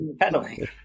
pedaling